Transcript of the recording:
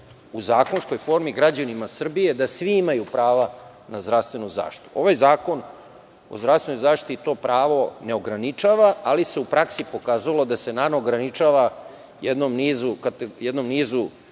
u zakonskoj formi građanima Srbije, da svi imaju prava na zdravstvenu zaštitu. Ovaj zakon o zdravstvenoj zaštiti to pravo ne ograničava, ali se u praksi pokazalo da se nama ograničava jednom nizu